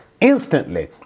instantly